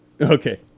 Okay